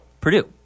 Purdue